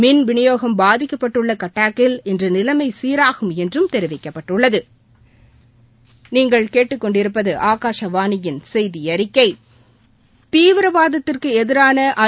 மின்விழியோகம் பாதிக்கப்பட்டுள்ளகட்டாக்கில் இன்றுநிலைமைசீராகும் என்றும் தெரிவிக்கப்பட்டுள்ளது தீவிரவாதத்திற்குஎதிரானஐ